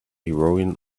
heroine